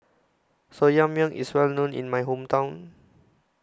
Soya Milk IS Well known in My Hometown